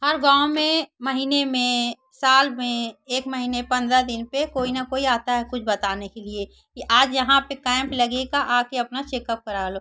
हर गाँव में महीने में साल में एक महीने पन्द्रह दिन पर कोई ना कोई आता है कुछ बताने के लिए कि आज यहाँ पर कैंप लगेगा आकर अपना चेकअप करा लो